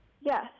Yes